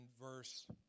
verse